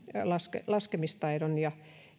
laskemistaidon ja